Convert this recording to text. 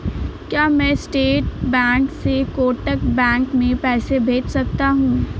क्या मैं State Bank से कोटक बैंक में पैसे भेज सकता हूँ?